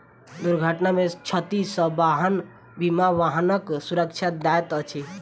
दुर्घटना में क्षति सॅ वाहन बीमा वाहनक सुरक्षा दैत अछि